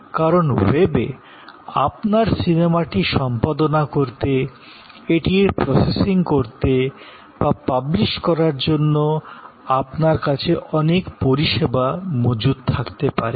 কারণ ওয়েবে আপনার সিনেমাটি সম্পাদনা করতে এটির প্রসেসিং করতে বা পাবলিশ করার জন্য আপনার কাছে অনেক পরিষেবা মজুদ থাকতে পারে